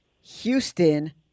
Houston